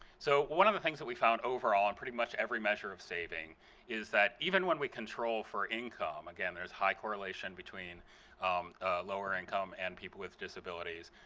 so one of the things that we found overall in pretty much every measure of saving is that even when we control for income, again, there's high correlation between lower income and people with disabilities,